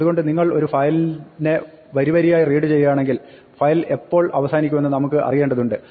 അതുകൊണ്ട് നിങ്ങൾ ഒരു ഫയലിനെ വരി വരിയായി റീഡ് ചെയ്യുകയാണെങ്കിൽ ഫയൽ എപ്പോൾ അവസാനിക്കുമെന്ന് നമുക്ക് അറിയേണ്ടതുണ്ട്